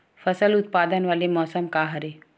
फसल उत्पादन वाले मौसम का हरे?